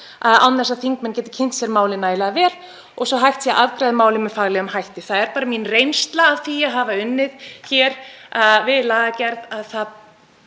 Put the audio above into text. án þess að þingmenn geti kynnt sér málið nægilega vel svo að hægt sé að afgreiða málið með faglegum hætti. Það er bara mín reynsla af því að hafa unnið hér við lagagerð að það